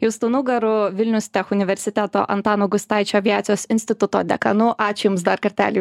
justu nugaru vilnius tech universiteto antano gustaičio aviacijos instituto dekanu ačiū dar kartelį